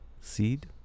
seed